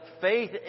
faith